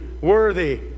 worthy